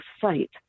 site